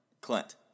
Clint